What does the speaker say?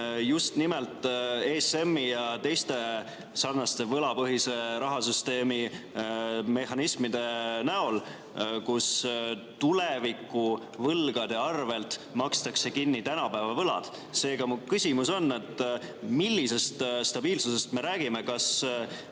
just nimelt ESM‑i ja teiste sarnaste võlapõhise rahasüsteemi mehhanismide näol, kus tuleviku võlgade arvelt makstakse kinni tänapäeva võlad. Seega mu küsimus on, et millisest stabiilsusest me räägime.